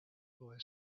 boy